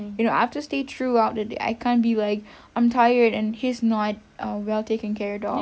you know I have to stay throughout the day I can't be like I'm tired and he's not well taken care of